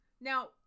Now